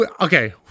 okay